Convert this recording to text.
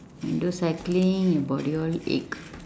do cycling your body all ache